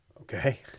Okay